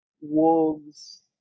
Wolves